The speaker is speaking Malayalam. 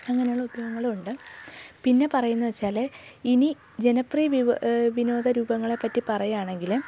അങ്ങനെയുള്ള ഉപയോഗങ്ങളും ഉണ്ട് പിന്നെ പറയുന്നത് വെച്ചാൽ ഇനി ജനപ്രീവി വിനോദ രൂപങ്ങളെപ്പറ്റി പറയുവാണെങ്കിൽ